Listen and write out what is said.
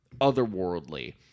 otherworldly